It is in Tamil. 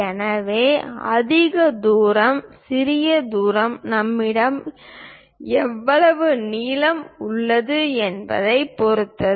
எனவே அதிக தூரம் சிறிய தூரம் நம்மிடம் எவ்வளவு நீளம் உள்ளது என்பதைப் பொறுத்தது